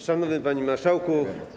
Szanowny Panie Marszałku!